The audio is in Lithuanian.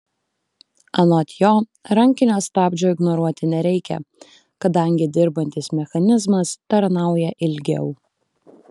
anot jo rankinio stabdžio ignoruoti nereikia kadangi dirbantis mechanizmas tarnauja ilgiau